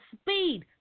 speed